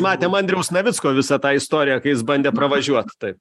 matėm andriaus navicko visą tą istoriją kai jis bandė pravažiuot taip